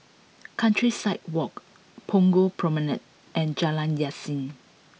countryside walk Punggol Promenade and Jalan Yasin